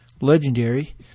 LEGENDARY